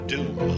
Doom